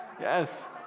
Yes